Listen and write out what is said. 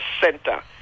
Center